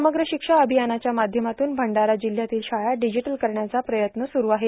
समग्र भशक्षा अभभयानाच्या माध्यमातून भंडारा जिल्ह्यातील शाळा भंडजीटल करण्याचा प्रयत्न सुरु आहे